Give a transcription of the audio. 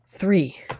Three